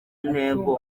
ntego